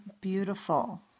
beautiful